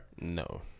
No